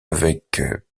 avec